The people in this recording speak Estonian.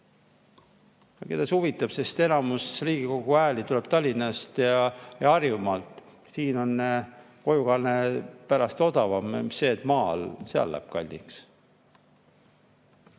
see huvitab, sest enamus Riigikogu hääli tuleb Tallinnast ja Harjumaalt. Siin on kojukanne pärast odavam, mis sest, et see maal läheb kalliks.